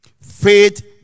Faith